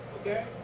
Okay